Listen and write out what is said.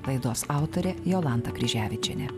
laidos autorė jolanta kryževičienė